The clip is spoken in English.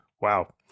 Wow